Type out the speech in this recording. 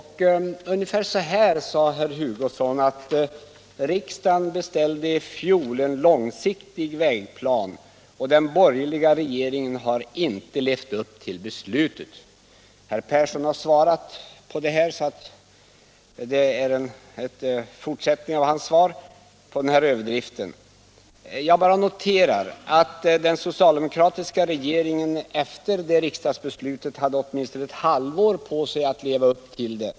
Herr Hugosson sade ungefär så här: Riksdagen beställde i fjol en långsiktig vägplan, och den borgerliga regeringen har inte levt upp till beslutet. Herr Persson i Heden har svarat, och det jag tillfogar är en fortsättning av hans svar på överdriften. Jag noterar bara att den socialdemokratiska regeringen efter riksdagsbeslutet hade åtminstone ett halvår på sig att leva upp till det.